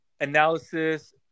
analysis